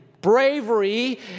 bravery